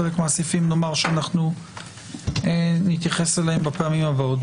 בחלק מהם נאמר שנתייחס אליהם בפעמים הבאות.